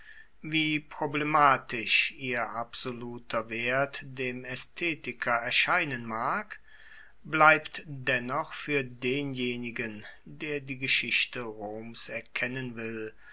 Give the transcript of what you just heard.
wie problematisch ihr absoluter wert dem aesthetiker erscheinen mag bleibt dennoch fuer denjenigen der die geschichte roms erkennen will